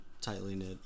tightly-knit